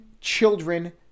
children